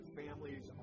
families